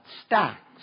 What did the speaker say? stacks